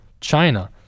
China